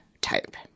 type